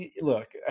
look